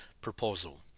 proposal